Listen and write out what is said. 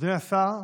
אדוני השר,